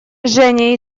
женя